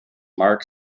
mark